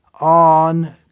on